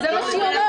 --- שיבודדו.